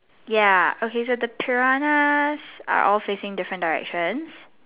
ya okay so the piranhas are all facing different directions